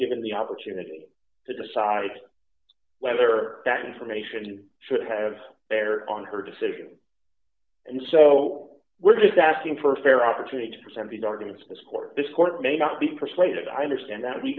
given the opportunity to decide whether that information should have error on her decision and so we're just asking for a fair opportunity to present these arguments this court this court may not be persuaded i understand that we